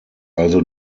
also